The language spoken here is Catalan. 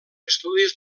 estudis